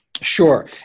Sure